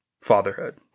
fatherhood